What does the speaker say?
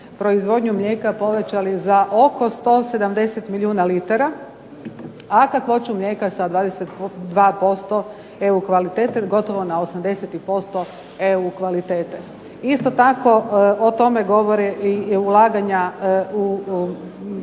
proizvodnju mlijeka povećali za oko 170 milijuna litara, a kakvoću mlijeka sa 22% EU kvalitete gotovo na 80% EU kvalitete. Isto tako o tome govore i ulaganja u